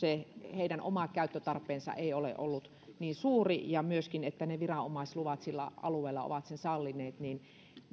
heidän oma käyttötarpeensa ei ole ollut niin suuri ja viranomaisluvat sillä alueella ovat sen sallineet